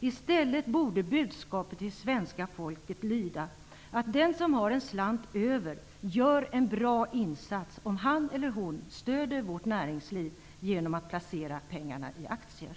I stället borde budskapet till svenska folket lyda att den som har en slant över gör en bra insats om han eller hon stöder vårt näringsliv genom att placera pengarna i aktier.